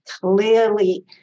clearly